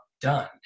done